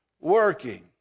working